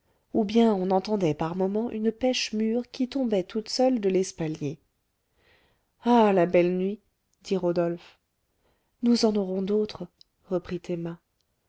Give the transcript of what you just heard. ou bien on entendait par moments une pêche mûre qui tombait toute seule de l'espalier ah la belle nuit dit rodolphe nous en aurons d'autres reprit emma